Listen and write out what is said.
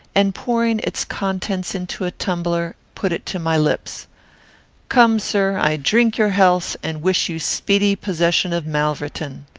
and, pouring its contents into a tumbler, put it to my lips come, sir, i drink your health, and wish you speedy possession of malverton.